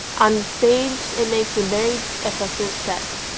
on the stage it makes a very effective set.